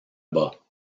bas